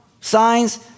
signs